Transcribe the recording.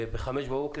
וב-5:00 בבוקר,